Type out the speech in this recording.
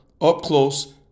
up-close